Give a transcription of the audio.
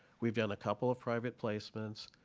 we've done a couple of private placements.